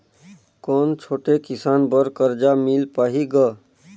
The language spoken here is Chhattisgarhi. कौन छोटे किसान बर कर्जा मिल पाही ग?